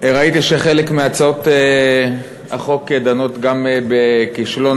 ראיתי שחלק מהצעות החוק דנות גם בכישלון